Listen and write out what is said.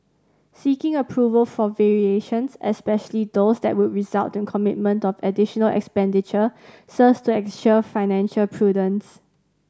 seeking approval for variations especially those that would result in commitment of additional expenditure serves to ensure financial prudence